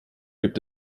gibt